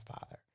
Father